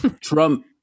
Trump